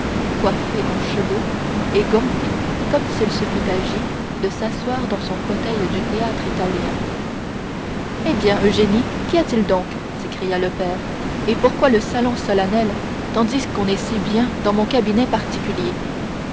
coiffée en cheveux et gantée comme s'il se fût agi d'aller s'asseoir dans son fauteuil du théâtre-italien eh bien eugénie qu'y a-t-il donc s'écria le père et pourquoi le salon solennel tandis qu'on est si bien dans mon cabinet particulier